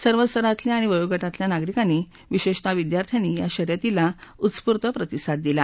सर्व स्तरातल्या आणि वयोगटातल्या नागरिकांनी विशेषतः विद्यार्थ्यांनी या शर्यतीला उत्स्फूर्त प्रतिसाद दिला